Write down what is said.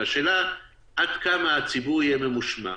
והשאלה היא עד כמה הציבור יהיה ממושמע.